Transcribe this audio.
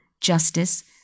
justice